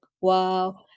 wow